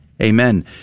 Amen